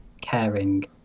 caring